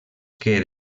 que